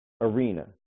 arena